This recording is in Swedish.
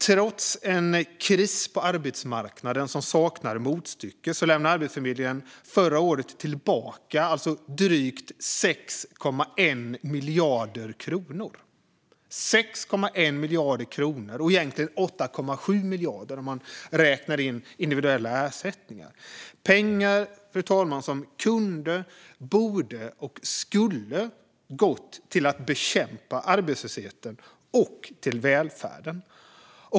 Trots en kris på arbetsmarknaden som saknar motstycke lämnade Arbetsförmedlingen förra året tillbaka drygt 6,1 miljarder kronor och egentligen 8,7 miljarder om man räknar in individuella ersättningar. Det är pengar, fru talman, som kunde, borde och skulle ha gått till att bekämpa arbetslösheten och till välfärden.